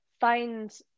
find